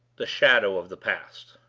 the shadow of the past.